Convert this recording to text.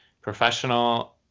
professional